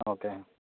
okay